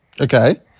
Okay